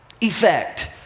effect